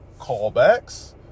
callbacks